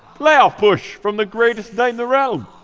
playoff push from the greatest knight in the realm.